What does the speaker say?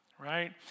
Right